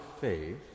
faith